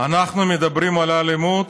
אנחנו מדברים על אלימות,